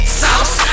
sauce